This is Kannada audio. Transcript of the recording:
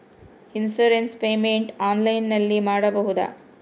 ಇನ್ಸೂರೆನ್ಸ್ ಪೇಮೆಂಟ್ ಆನ್ಲೈನಿನಲ್ಲಿ ಮಾಡಬಹುದಾ?